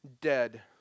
dead